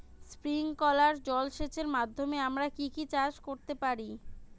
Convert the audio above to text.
Sprinkler জলসেচের মাধ্যমে আমরা কি কি চাষ করতে পারি?